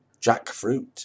Jackfruit